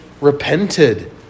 repented